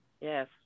Yes